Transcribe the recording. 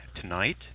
tonight